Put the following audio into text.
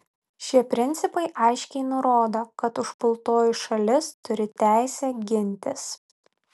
šie principai aiškiai nurodo kad užpultoji šalis turi teisę gintis